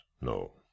No